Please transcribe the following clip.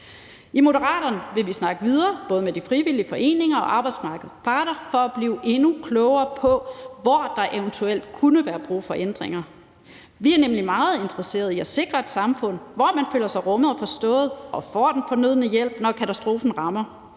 I Moderaterne vil vi snakke videre med både de frivillige foreninger og arbejdsmarkedets parter for at blive endnu klogere på, hvor der eventuelt kunne være brug for ændringer. Vi er nemlig meget interesseret i at sikre et samfund, hvor man føler sig rummet og forstået og får den fornødne hjælp, når katastrofen rammer.